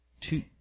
Two